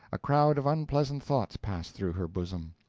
a crowd of unpleasant thoughts passed through her bosom.